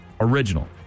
Original